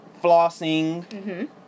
Flossing